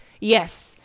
Yes